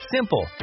Simple